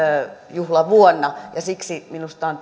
juhlavuonna ja siksi minusta on